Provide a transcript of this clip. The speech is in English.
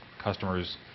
customers